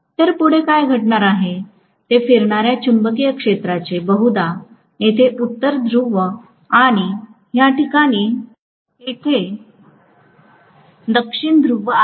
तर पुढे काय घडणार आहे ते फिरणार्या चुंबकीय क्षेत्राचे बहुधा येथे उत्तर ध्रुव आहे आणि या ठिकाणी येथे दक्षिण ध्रुव आहे